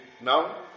now